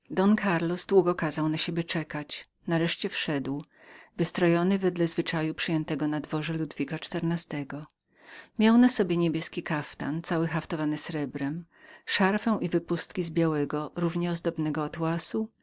długo kazał na siebie czekać nareszcie wszedł wystrojony wedle zwyczaju przyjętego na dworze ludwika xiv miał na sobie niebieski kaftan cały haftowany srebrem szarfę i wypustki z również